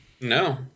No